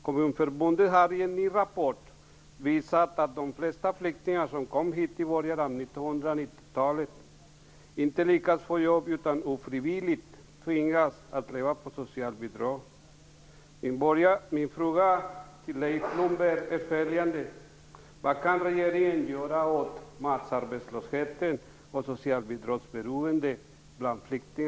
Kommunförbundet har i en rapport visat att de flesta flyktingar som kommit hit under 1990-talet inte lyckats få jobb utan ofrivilligt tvingats att leva på socialbidrag.